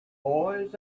boys